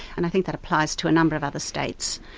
and i think that applies to a number of other states.